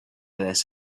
this